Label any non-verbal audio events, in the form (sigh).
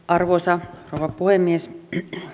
(unintelligible) arvoisa rouva puhemies